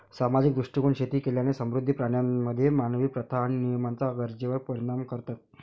सामाजिक दृष्टीकोन शेती केलेल्या समुद्री प्राण्यांमध्ये मानवी प्रथा आणि नियमांच्या गरजेवर परिणाम करतात